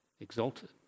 exalted